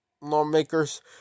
lawmakers